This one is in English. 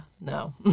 no